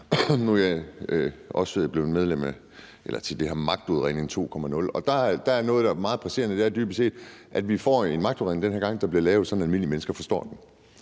Nu er jeg også med i det her med den nye magtudredning, version 2.0, og der er noget, der er meget presserende, og det er dybest set, at vi får en magtudredning, der den her gang bliver lavet sådan, at almindelige mennesker forstår den.